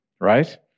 right